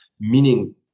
Meaning